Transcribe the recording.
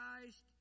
Christ